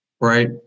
right